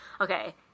okay